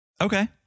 Okay